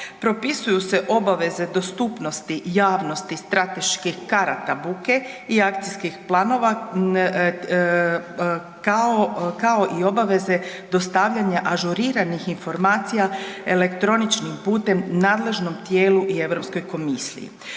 Propisuju se obveze dostupnosti javnosti strateških karata buke i akcijskih planova kao i obaveze dostavljanja informacija elektroničkim putem nadležnom tijelu i Europskoj komisiji.